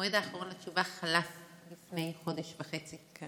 המועד האחרון לתשובה חלף לפני חודש וחצי.